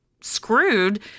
screwed